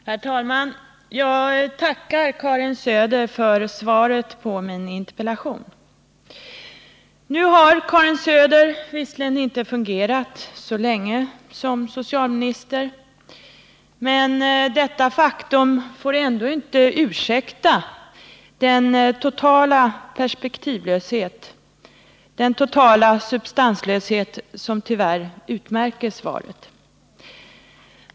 Herr talman! Jag tackar Karin Söder för svaret på min interpellation. Nu har Karin Söder visserligen inte fungerat så länge som socialminister, men detta faktum får inte ursäkta den totala perspektivlöshet, den totala substanslöshet som tyvärr utmärker svaret.